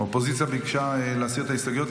האופוזיציה ביקשה להסיר את ההסתייגויות.